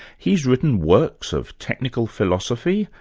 he's written works of technical philosophy,